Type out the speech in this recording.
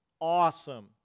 awesome